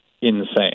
insane